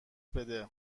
بده